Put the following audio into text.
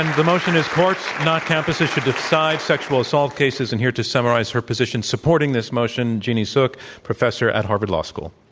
and the motion is, courts, not campuses, should decide sexual assault cases. and here to summarize her position supporting this motion, jeannie suk, professor at harvard law school.